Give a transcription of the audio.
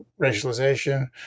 racialization